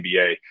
nba